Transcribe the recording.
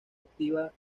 activa